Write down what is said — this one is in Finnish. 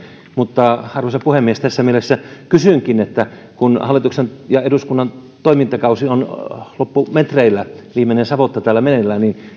arvoisa puhemies tässä mielessä kysynkin kun hallituksen ja eduskunnan toimintakausi on loppumetreillä viimeinen savotta on täällä meneillään